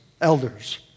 elders